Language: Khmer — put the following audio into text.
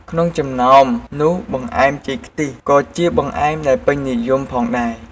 ក្នុងចំណោមនោះបង្អែម ចេកខ្ទិះក៏ជាបង្អែមដែលពេញនិយមផងដែរ។